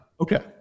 okay